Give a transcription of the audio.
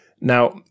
Now